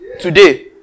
today